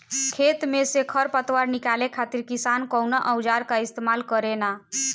खेत में से खर पतवार निकाले खातिर किसान कउना औजार क इस्तेमाल करे न?